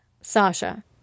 Sasha